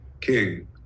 king